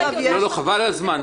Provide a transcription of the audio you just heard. --- חבל על הזמן,